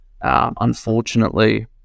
unfortunately